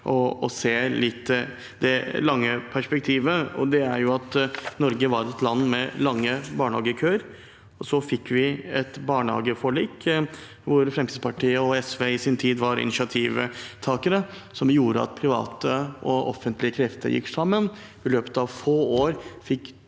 å se det litt lange perspektivet. Norge var jo et land med lange barnehagekøer. Så fikk vi et barnehageforlik, hvor Fremskrittspartiet og SV i sin tid var initiativtakere, som gjorde at private og offentlige krefter gikk sammen og i løpet av få år